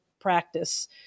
practice